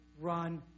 run